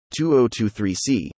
2023C